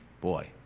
boy